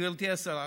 גברתי השרה,